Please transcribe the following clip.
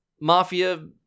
mafia